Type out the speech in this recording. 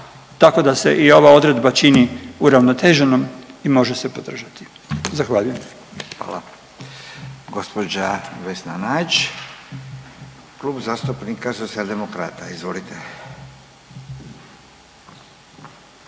Tako da se i ova odredba čini uravnoteženom i može se podržati. Zahvaljujem. **Radin, Furio (Nezavisni)** Hvala. Gospođa Vesna Nađ, Klub zastupnika Socijaldemokrata. Izvolite.